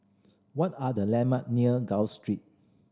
what are the landmark near Gul Street